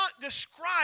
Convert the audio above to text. describe